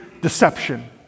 deception